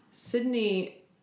Sydney